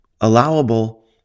allowable